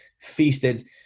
feasted